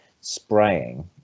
spraying